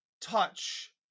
touch